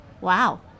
Wow